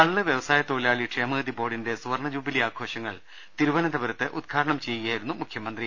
കള്ള് വ്യവസായ തൊഴിലാളി ക്ഷേമനിധി ബോർഡിൻറെ സുവർണ ജൂബിലി ആഘോഷങ്ങൾ തിരുവനന്തപൂരത്ത് ഉദ്ഘാടനം ചെയ്യുകയായിരുന്നു അദ്ദേഹം